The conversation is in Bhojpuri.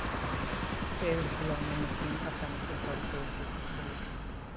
पेड़ हिलौना मशीन आसानी से फल तोड़ देले